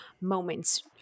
moments